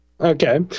Okay